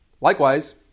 Likewise